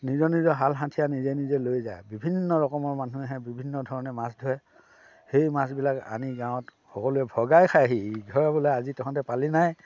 নিজৰ নিজৰ হাল হাথিয়াৰ নিজে নিজে লৈ যায় বিভিন্ন ৰকমৰ মানুহ আহে বিভিন্ন ধৰণে মাছ ধৰে সেই মাছবিলাক আনি গাঁৱত সকলোৱে ভগাই খায়হি ইঘৰে বোলে আজি তহঁতে পালিনে